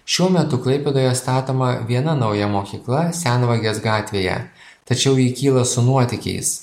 šiuo metu klaipėdoje statoma viena nauja mokykla senvagės gatvėje tačiau ji kyla su nuotykiais